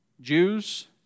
Jews